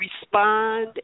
respond